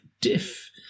diff